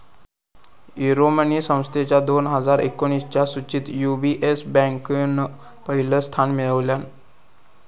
Euromoney संस्थेच्या वर्ष दोन हजार एकोणीसच्या सुचीत यू.बी.एस बँकेन पहिला स्थान मिळवल्यान